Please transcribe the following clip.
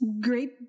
great